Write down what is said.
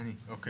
תודה